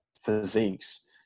physiques